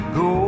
go